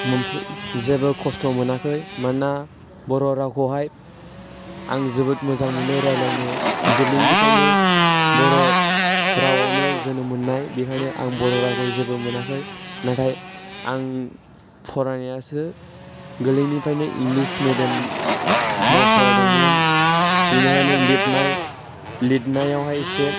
जेबो खस्त' मोनाखै मानोना बर' रावखौहाय आं जोबोद मोजां मोनो रायज्लायनो गोरलैनिफ्रायनो बर' रावआवनो जोनोम मोननाय बेनिखायनो आं बर' रावखौ जेबो मोनाखै नाथाय आं फरायनायासो गोलैरनिफ्रायनो इंलिस मिडियाम आव फरायदोंमोन बेनिखायनो लिरनायावहाय एसे